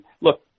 look